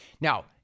Now